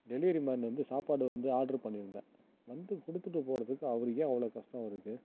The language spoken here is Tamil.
உங்கள் டெலிவரி மேன் வந்து சாப்பாடு வந்து ஆர்டர் பண்ணிருந்தேன் வந்து கொடுத்துட்டு போகிறதுக்கு அவருக்கு ஏன் அவ்வளோ கஷ்டம் அவருக்கு